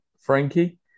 Frankie